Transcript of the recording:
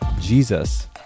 Jesus